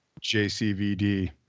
JCVD